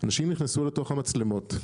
אנשים נכנסו לתוך המצלמות.